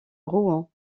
rouen